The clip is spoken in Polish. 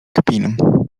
kpin